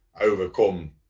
overcome